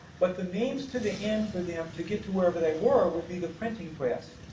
but the means to the end for them to get to wherever they were would be the printing press.